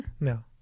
No